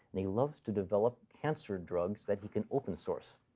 and he loves to develop cancer drugs that he can open source.